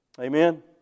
Amen